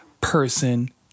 person